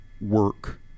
work